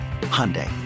Hyundai